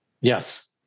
yes